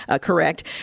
correct